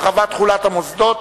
הרחבת תחולת המוסדות),